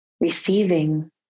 Receiving